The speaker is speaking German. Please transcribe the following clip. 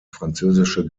französische